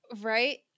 Right